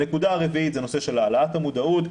הנקודה הרביעית זה נושא של העלאת המודעות.